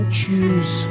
choose